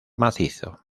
macizo